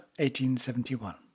1871